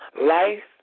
Life